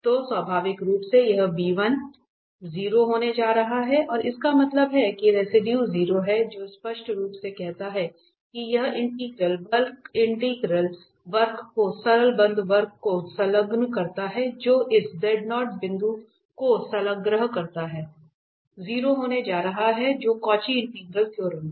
तो स्वाभाविक रूप से यह 0 होने जा रहा है और इसका मतलब है कि रेसिडुए 0 है जो स्पष्ट रूप से कहता है कि यह इंटीग्रल वक्र इंटीग्रल वक्र को सरल बंद वक्र को संलग्न करता है जो इस बिंदु को संलग्न करता है 0 होने जा रहा है जो कॉची इंटीग्रल थ्योरम है